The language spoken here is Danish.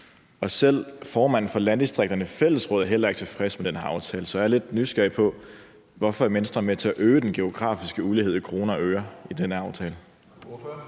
Selv formanden for Landdistrikternes Fællesråd er heller ikke tilfreds med den her aftale. Så jeg er lidt nysgerrig efter at høre, hvorfor Venstre er med til at øge den geografiske ulighed i kroner og øre i den her aftale.